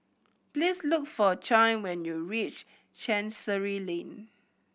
please look for Chaim when you reach Chancery Lane